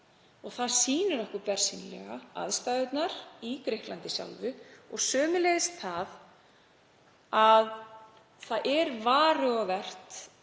Það sýnir okkur bersýnilega aðstæðurnar í Grikklandi sjálfu og sömuleiðis að það er varhugavert